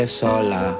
sola